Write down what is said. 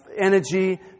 energy